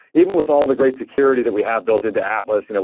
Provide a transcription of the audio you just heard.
even with all the great security that we have built into atlas, you know